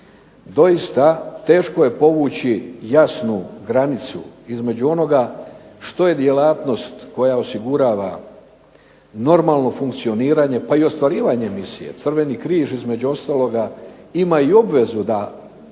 Doista teško je povući jasnu granicu između onoga što je djelatnost koja osigurava normalno funkcioniranje, pa i ostvarivanje misije. Crveni križ između ostaloga ima i obvezu da